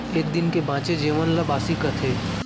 एक दिन के बांचे जेवन ल बासी कथें